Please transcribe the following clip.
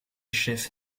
chefs